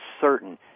certain